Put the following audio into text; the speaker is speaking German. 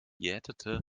jätete